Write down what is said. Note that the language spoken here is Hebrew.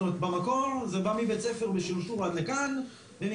זאת אומרת במקור זה בא מבית ספר בשרשור עד לכאן ומכאן